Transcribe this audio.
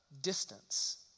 Distance